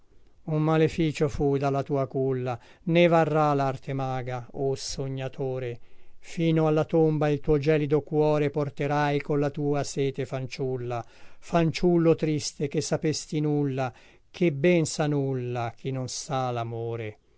un maleficio fu dalla tua culla nè varrà larte maga o sognatore fino alla tomba il tuo gelido cuore porterai con la tua sete fanciulla fanciullo triste che sapesti nulla chè ben sa nulla chi non sa lamore